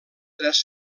tres